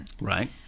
Right